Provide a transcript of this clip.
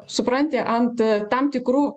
supranti ant tam tikrų